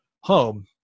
home